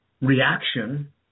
reaction